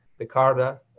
Picarda